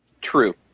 True